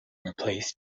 replaced